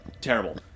Terrible